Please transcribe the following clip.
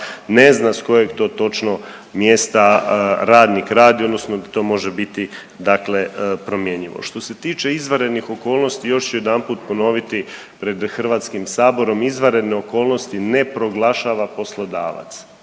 ne zna s kojeg to točno mjesta radi odnosno da to može biti dakle promjenjivo. Što se tiče izvanrednih okolnosti još ću jedanput ponoviti pred Hrvatskim saborom, izvanredne okolnosti ne proglašava poslodavac.